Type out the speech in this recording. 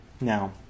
Now